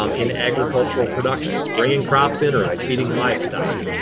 um in agricultural production. it's bringing crops in or it's feeding livestock.